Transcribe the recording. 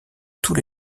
tous